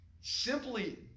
simply